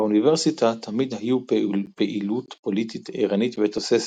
באוניברסיטה תמיד הייתה פעילות פוליטית עירנית ותוססת,